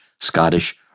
Scottish